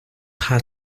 had